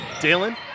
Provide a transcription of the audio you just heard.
Dalen